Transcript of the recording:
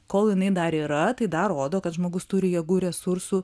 kol jinai dar yra tai dar rodo kad žmogus turi jėgų ir resursų